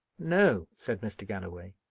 no, said mr. galloway.